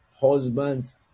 husband's